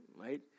right